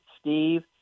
Steve